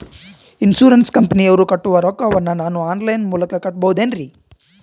Insurance ಕಂಪನಿಯವರಿಗೆ ಕಟ್ಟುವ ರೊಕ್ಕ ವನ್ನು ನಾನು ಆನ್ ಲೈನ್ ಮೂಲಕ ಕಟ್ಟಬಹುದೇನ್ರಿ?